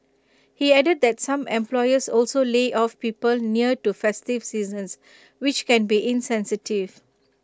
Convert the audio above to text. he added that some employers also lay off people near to festive seasons which can be insensitive